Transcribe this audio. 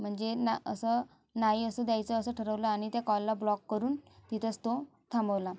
म्हणजे ना असं नाही असं द्यायचं असं ठरवलं आणि त्या कॉलला ब्लॉक करून तिथंच तो थांबवला